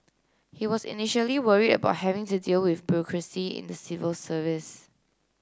he was initially worry about having to deal with bureaucracy in the civil service